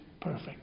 perfect